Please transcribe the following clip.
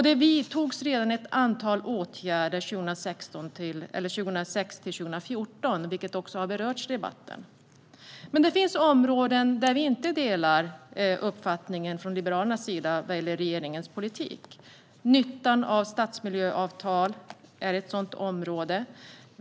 Det vidtogs ett antal åtgärder redan 2006-2014, vilket också har berörts i debatten. Det finns dock områden där vi från Liberalernas sida inte delar regeringens uppfattning i politiken. Nyttan av stadsmiljöavtal är ett sådant område.